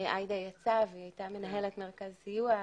שעאידה יצאה, והיא הייתה מנהלת מרכז סיוע,